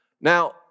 Now